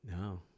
no